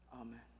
amen